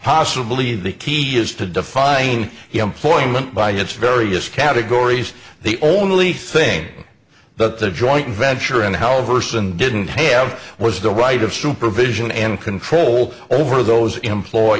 possibly the key is to defining he employment by its various categories the only thing that the joint venture and however send didn't have was the right of supervision and control over those employ